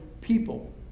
people